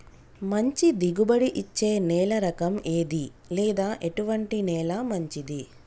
మంచి దిగుబడి ఇచ్చే నేల రకం ఏది లేదా ఎటువంటి నేల మంచిది?